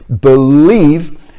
believe